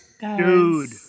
Dude